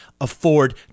afford